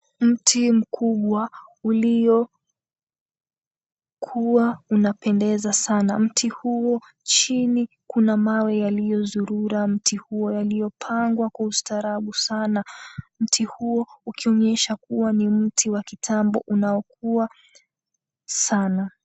Mti mkubwa uliokua unapendeza sana. Mti huo, chini kuna mawe yaliyozurura mti huo yaliyopangwa kwa ustarabu sana. Mti huo ukionyesha kuwa ni mti wa kitambo unaokua sana.